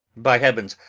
by heavens,